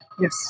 Yes